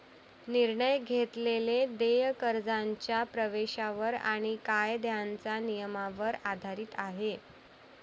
निर्णय घेतलेले देय कर्जाच्या प्रवेशावर आणि कायद्याच्या नियमांवर आधारित आहे